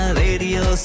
radio